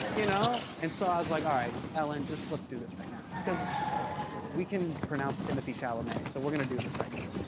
you know? and so i was like, alright, ellen, just let's do this right now. cause we can pronounce timothee chalamet, so we're gonna do this right now.